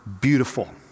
beautiful